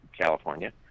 california